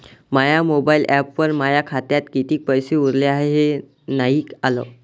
माया mobile ॲपवर माया खात्यात किती पैसे उरले हाय हे नाही आलं